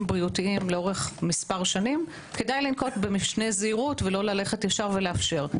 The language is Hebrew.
בריאותיים לאורך מספר שנים כדאי לנקוט במשנה זהירות ולא לאפשר ישר.